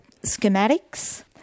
schematics